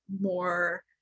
more